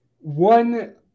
One